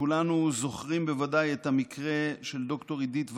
כולנו זוכרים בוודאי את המקרה של ד"ר אידית וייסבוך,